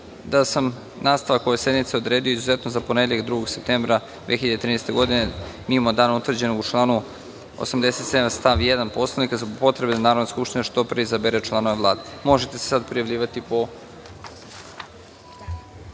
da sam nastavak ove sednice odredio izuzetno za ponedeljak, 2. septembra 2013. godine, mimo dana određenog u članu 87. stav 1. Poslovnika, zbog potrebe da Narodna skupština što pre izabere članove Vlade. Možete se sada prijavljivati po